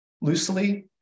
loosely